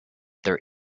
there